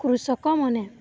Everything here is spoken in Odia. କୃଷକମାନେ